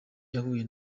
yahuye